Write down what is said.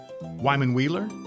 Wyman-Wheeler